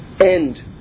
end